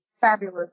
fabulous